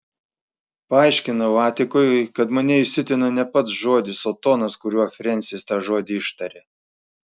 paaiškinau atikui kad mane įsiutino ne pats žodis o tonas kuriuo frensis tą žodį ištarė